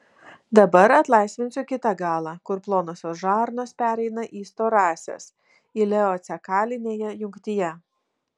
dabar atlaisvinsiu kitą galą kur plonosios žarnos pereina į storąsias ileocekalinėje jungtyje